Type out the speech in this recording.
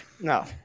No